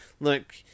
Look